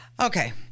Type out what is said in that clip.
Okay